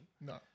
No